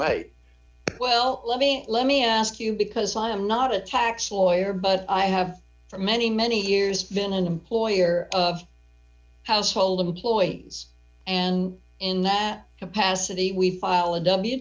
may well let me let me ask you because i am not a tax lawyer but i have for many many years been an employer of household employees and in that capacity we file a w